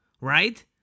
Right